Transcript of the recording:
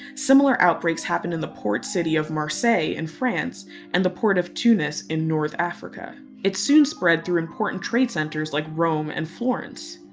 similar outbreaks happened in the port city of marseilles in france and the port of tunis in north africa. it soon spread through important trade centers like rome and florence.